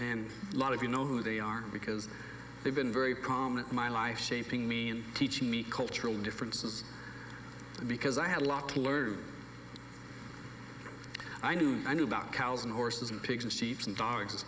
and lot of you know who they are because they've been very prominent my life shaping me teaching me cultural differences because i had a lot to learn i knew i knew about cows and horses and pigs and chiefs and